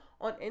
on